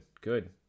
good